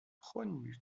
promu